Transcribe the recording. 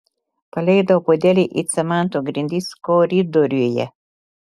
paleidau puodelį į cemento grindis koridoriuje